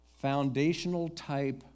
foundational-type